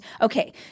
Okay